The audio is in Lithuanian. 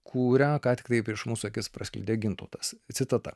kurią ką tikrai prieš mūsų akis praskleidė gintautas citata